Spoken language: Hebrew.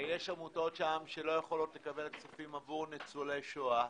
יש עמותות שם שלא יכולות לקבל כספים עבור ניצולי שואה.